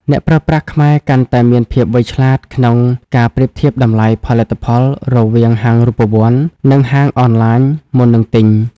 អ្នកប្រើប្រាស់ខ្មែរកាន់តែមានភាពវៃឆ្លាតក្នុងការប្រៀបធៀបតម្លៃផលិតផលរវាងហាងរូបវន្ត និងហាងអនឡាញមុននឹងទិញ។